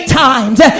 times